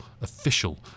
official